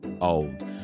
old